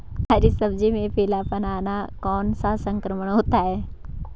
हरी सब्जी में पीलापन आना कौन सा संक्रमण होता है?